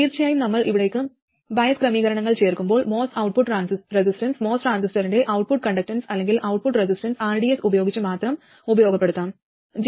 തീർച്ചയായും നമ്മൾ ഇതിലേക്ക് ബയസ് ക്രമീകരണങ്ങൾ ചേർക്കുമ്പോൾ MOS ഔട്ട്പുട്ട് റെസിസ്റ്റൻസ് MOS ട്രാൻസിസ്റ്ററിൻറെ ഔട്ട്പുട്ട് കണ്ടക്ടൻസ് അല്ലെങ്കിൽ ഔട്ട്പുട്ട് റെസിസ്റ്റൻസ് rds ഉപയോഗിച്ച് മാത്രം ഉപയോഗപ്പെടുത്താംgmrdsR1rdsR1